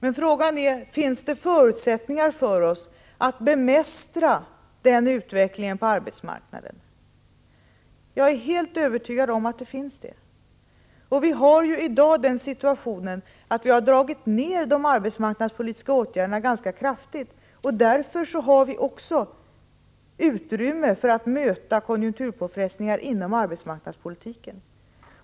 Men frågan är: Finns det förutsättningar för oss att bemästra den utvecklingen på arbetsmarknaden? Jag är helt övertygad om att det finns sådana förutsättningar. Vi har ju i dag den situationen att vi har dragit ner de arbetsmarknadspolitiska åtgärderna ganska kraftigt. Därför har vi också utrymme för att möta konjunkturpåfrestningar inom arbetsmarknadspolitiken.